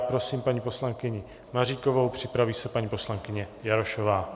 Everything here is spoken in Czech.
Prosím paní poslankyni Maříkovou, připraví se paní poslankyně Jarošová.